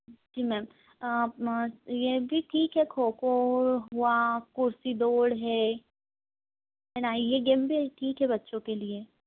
जी ma'am ये भी ठीक है खो खो हुआ कुर्सी दोड़ है है ना ये गेम भी ठीक है बच्चों के लिए